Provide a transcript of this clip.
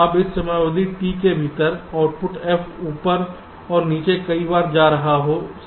अब इस समयावधि T के भीतर आउटपुट f ऊपर और नीचे कई बार जा रहा हो सकता है